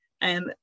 And-